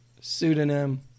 pseudonym